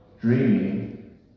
Dreaming